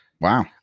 wow